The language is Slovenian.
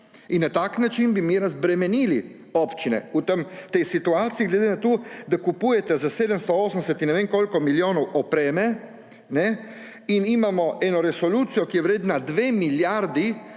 In na tak način bi mi razbremenili občine v tej situaciji, glede na to, da kupujete za 780 in ne vem koliko milijonov opreme in imamo eno resolucijo, ki je vredna 2 milijardi,